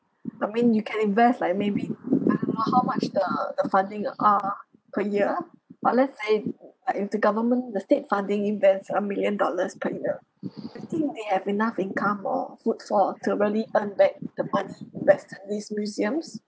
I mean you can invest like maybe I don't know how much the the funding ah per year but let's say ah if the government the state funding invest a million dollars per year you think they have enough income or footfall to really earn back the money invested in these museums